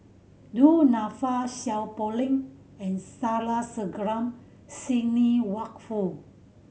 Du Nanfa Seow Poh Leng and Sandrasegaran Sidney Woodhull